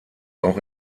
auch